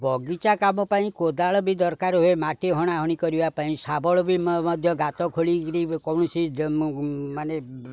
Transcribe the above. ବଗିଚା କାମ ପାଇଁ କୋଦାଳ ବି ଦରକାର ହୁଏ ମାଟି ହଣାହାଣି କରିବା ପାଇଁ ଶାବଳ ବି ମଧ୍ୟ ଗାତ ଖୋଳିକିରି କୌଣସି ମାନେ